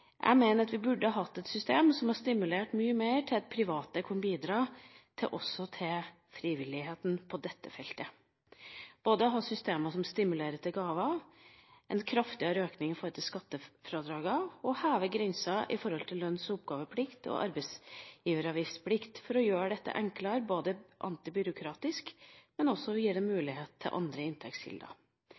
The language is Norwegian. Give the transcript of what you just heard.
stimulert mye bedre til at private kunne bidra til frivilligheten også på dette feltet. Vi burde ha systemer som stimulerer til gaver, en kraftigere økning når det gjelder skattefradragene, og vi burde heve grensen for lønns- og oppgaveplikt og arbeidsgiveravgiftsplikt for å gjøre dette enklere. Det ville både være anti-byråkratisk og gi dem muligheter til andre inntektskilder.